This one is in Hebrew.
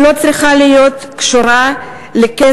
שלא צריכה להיות קשורה לכסף,